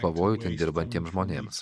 pavojų ten dirbantiems žmonėms